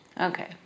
Okay